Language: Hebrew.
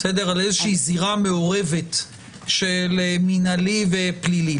על איזושהי זירה מעורבת של מינהלי ופלילי.